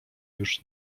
już